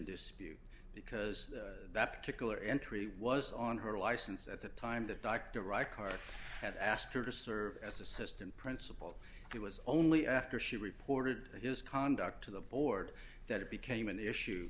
dispute because that particular entry was on her license at the time that dr reichardt had asked her to serve as assistant principal he was only after she reported his conduct to the board that it became an issue